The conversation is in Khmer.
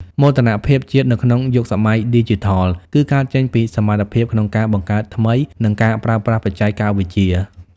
មោទនភាពជាតិនៅក្នុងយុគសម័យឌីជីថលគឺកើតចេញពីសមត្ថភាពក្នុងការបង្កើតថ្មី និងការប្រើប្រាស់បច្ចេកវិទ្យា។